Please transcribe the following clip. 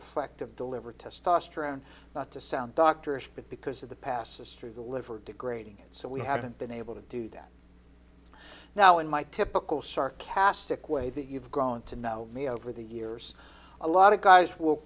effect of deliver testosterone not to sound doctors but because of the past history of the liver degrading so we haven't been able to do that now in my typical sarcastic way that you've grown to know me over the years a lot of guys will